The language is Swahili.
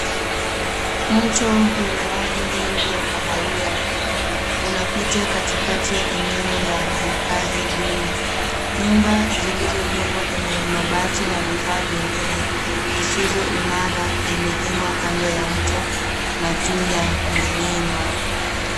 Mto wenye maji mengi ya kahawia unapita katikati ya eneo la makazi duni. Nyumba zilizojengwa kwenye mabati na vifaa vingine zisizo imara zimejengwa kando ya mto na juu ya milima.